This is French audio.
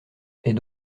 est